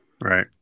Right